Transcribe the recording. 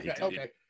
okay